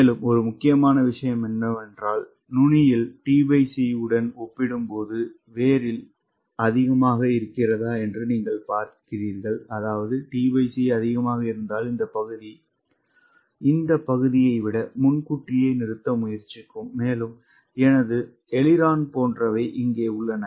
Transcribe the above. மேலும் ஒரு முக்கியமான விஷயம் என்னவென்றால் நுனியில் t c உடன் ஒப்பிடும்போது வேரில் t c அதிகமாக இருக்கிறதா என்று நீங்கள் பார்க்கிறீர்கள் அதாவது t c அதிகமாக இருந்தால் இந்த பகுதி இந்த பகுதியை விட முன்கூட்டியே நிறுத்த முயற்சிக்கும் மேலும் எனது அய்லிரோன் போன்றவை இங்கே உள்ளன